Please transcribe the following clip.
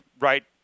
right